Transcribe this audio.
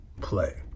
play